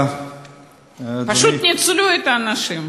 פשוט ניצלו את האנשים.